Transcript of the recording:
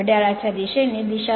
घड्याळाच्या दिशेने दिशा